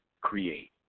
create